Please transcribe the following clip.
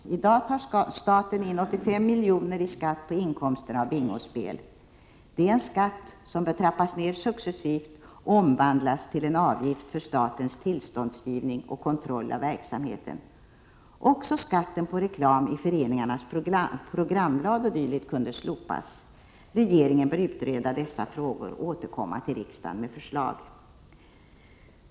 I dag tar staten in 85 miljoner i skatt på inkomsterna av bingospel. Det är en skatt som bör trappas ned successivt och omvandlas till en avgift för statens tillståndsgivning och kontroll av verksamheten. Också skatten på reklam i föreningarnas programblad o. d. kunde slopas. Regeringen bör utreda dessa frågor och återkomma till riksdagen med förslag.